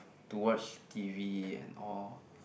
to watch t_v and all